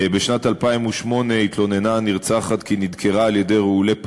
בשנת 2008 התלוננה הנרצחת כי נדקרה על-ידי רעולי פנים.